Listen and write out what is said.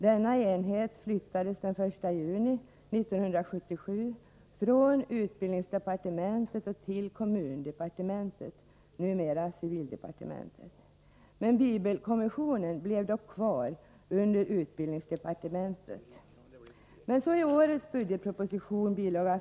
Denna enhet flyttades den 1 juni 1977 från utbildningsdepartementet till kommundepartementet, numera civildepartementet. Bibelkommissionen blev dock kvar under utbildningsdepartementet. I årets budgetproposition — i bil.